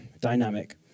dynamic